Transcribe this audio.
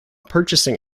purchasing